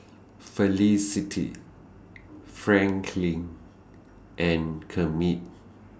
Felicity Franklyn and Kermit